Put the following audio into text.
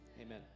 Amen